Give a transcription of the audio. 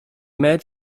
made